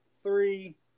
three